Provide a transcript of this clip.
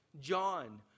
John